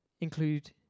include